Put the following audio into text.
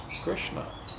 Krishna